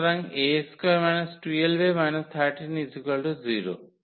সুতরাং A2 12𝐴 130